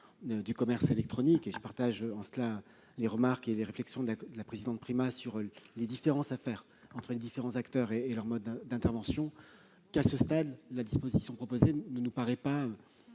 du commerce électronique- je partage en cela les remarques et les réflexions de la présidente Primas sur les différences qu'il convient de faire entre les différents acteurs et leur mode d'intervention -, à ce stade, la disposition proposée ne nous paraît pas